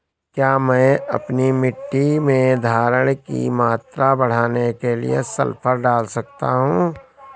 क्या मैं अपनी मिट्टी में धारण की मात्रा बढ़ाने के लिए सल्फर डाल सकता हूँ?